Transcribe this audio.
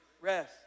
rest